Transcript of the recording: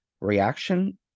reaction